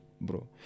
bro